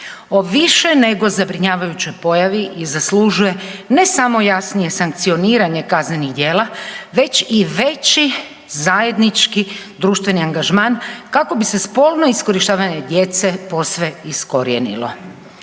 više nego zabrinjavajućoj pojavi i zaslužuje ne samo jasnije sankcioniranje kaznenih djela već i veći zajednički društveni angažman kako bi se spolno iskorištavanje djece posve iskorijenilo.